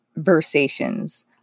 versations